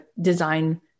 design